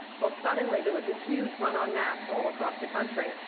well, suddenly, there was this huge run on maps all across the country,